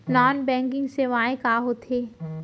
non banking सेवाएं का होथे